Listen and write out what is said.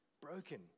broken